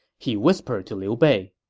he whispered to liu bei,